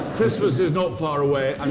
christmas is not far away.